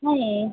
नाही आहे